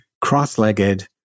cross-legged